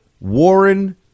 Warren